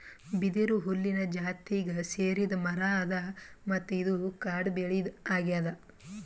ಬಿದಿರು ಹುಲ್ಲಿನ್ ಜಾತಿಗ್ ಸೇರಿದ್ ಮರಾ ಅದಾ ಮತ್ತ್ ಇದು ಕಾಡ್ ಬೆಳಿ ಅಗ್ಯಾದ್